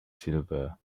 silver